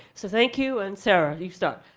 so thank you, and sara, you start.